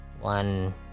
One